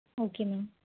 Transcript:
okay ma'am